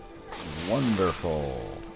Wonderful